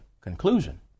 conclusion